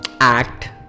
act